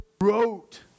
wrote